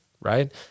right